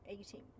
eating